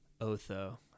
Otho